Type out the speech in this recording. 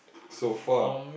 so far